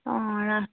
অঁ ৰাস